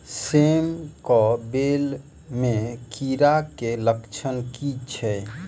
सेम कऽ बेल म कीड़ा केँ लक्षण की छै?